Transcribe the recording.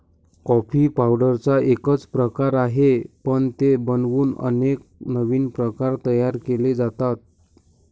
coffee पावडरचा एकच प्रकार आहे, पण ते बनवून अनेक नवीन प्रकार तयार केले जातात